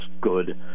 good